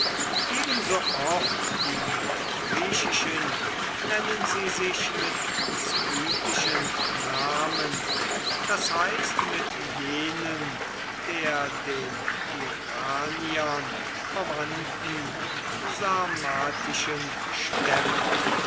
ebenso oft wie mit griechischen nennen sie sich mit skythischen namen das heißt mit denen der den iraniern verwandten sarmatischen stämme